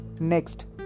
Next